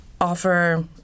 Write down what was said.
offer